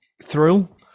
Thrill